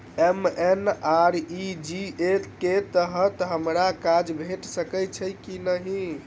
MNREGA कऽ तहत हमरा काज भेट सकय छई की नहि?